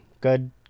good